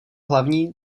hlavní